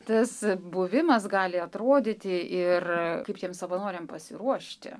tas buvimas gali atrodyti ir kaip tiem savanoriam pasiruošti